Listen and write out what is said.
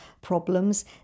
problems